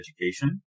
education